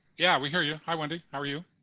yeah, we hear you. hi, wendy. how are you?